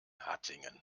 hattingen